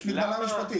יש מגבלה משפטית.